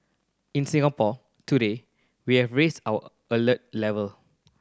in Singapore today we have raised our alert level